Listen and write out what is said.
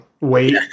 Wait